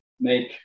make